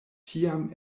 tiam